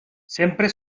sempre